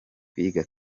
kwiga